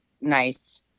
nice